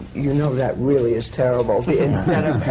you know, that really is terrible, instead of,